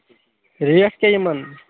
rate کیٛاہ یِمَن